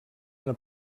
una